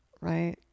right